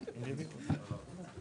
יבוא "פקיד אקראי ברשות המיסים".